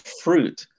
fruit